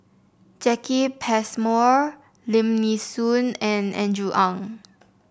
Jacki Passmore Lim Nee Soon and Andrew Ang